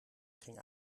ging